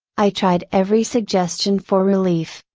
i tried every suggestion for relief.